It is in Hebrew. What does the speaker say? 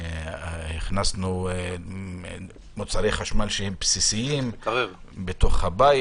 מוצרי חשמל בסיסיים בבית,